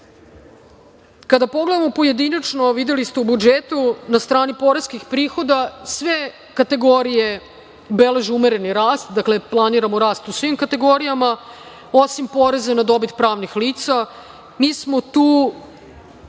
1,5%.Kada pogledamo pojedinačno, videli ste u budžetu na strani poreskih prihoda sve kategorije beleže umereni rast, dakle, planiramo rast u svim kategorijama, osim poreza na dobit pravnih lica. Mi smo tu